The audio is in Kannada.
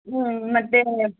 ಹ್ಞೂ ಮತ್ತೆ